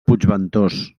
puigventós